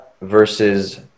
versus